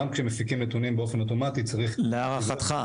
גם כשמפיקים נתונים באופן אוטומטי צריך ל --- להערכתך,